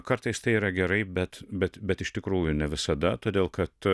kartais tai yra gerai bet bet bet iš tikrųjų ne visada todėl kad